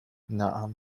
نعم